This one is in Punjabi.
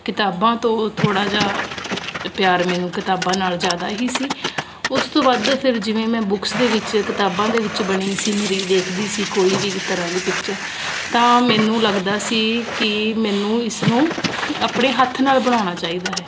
ਕਿਤਾਬਾਂ ਤੋਂ ਥੋੜ੍ਹਾ ਜਿਹਾ ਪਿਆਰ ਮੈਨੂੰ ਕਿਤਾਬਾਂ ਨਾਲ ਜ਼ਿਆਦਾ ਹੀ ਸੀ ਉਸ ਤੋਂ ਬਾਅਦ ਤਾਂ ਫਿਰ ਜਿਵੇਂ ਮੈਂ ਬੁੱਕਸ ਦੇ ਵਿੱਚ ਕਿਤਾਬਾਂ ਦੇ ਵਿੱਚ ਬਣੀ ਸੀਨਰੀ ਦੇਖਦੀ ਸੀ ਕੋਈ ਵੀ ਤਰ੍ਹਾਂ ਦੀ ਪਿਕਚਰ ਤਾਂ ਮੈਨੂੰ ਲੱਗਦਾ ਸੀ ਕਿ ਮੈਨੂੰ ਇਸ ਨੂੰ ਆਪਣੇ ਹੱਥ ਨਾਲ ਬਣਾਉਣਾ ਚਾਹੀਦਾ ਹੈ